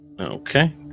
Okay